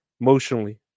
emotionally